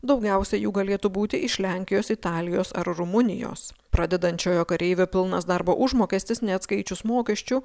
daugiausia jų galėtų būti iš lenkijos italijos ar rumunijos pradedančiojo kareivio pilnas darbo užmokestis neatskaičius mokesčių